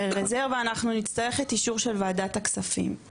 הרי רזרבה אנחנו נצטרך את אישור של ועדת הכספים,